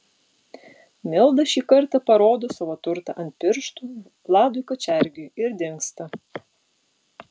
milda šį kartą parodo savo turtą ant pirštų vladui kačergiui ir dingsta